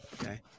Okay